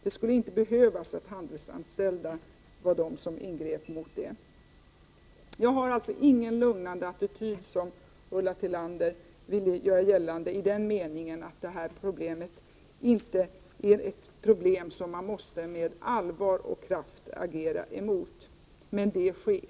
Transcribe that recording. Det skulle inte behövas att de handelsanställda ingrep mot det. Jag har alltså inte, som Ulla Tillander vill göra gällande, en lugnande attityd i den meningen att detta Prot. 1988/89:22 problem inte skulle vara något som man med kraft måste agera emot. Det 11 november 1988 sker.